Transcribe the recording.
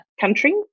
country